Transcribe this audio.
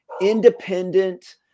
independent